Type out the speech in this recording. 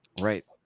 Right